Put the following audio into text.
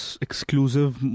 exclusive